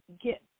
get